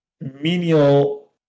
menial